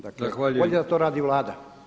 Dakle, bolje da to radi Vlada.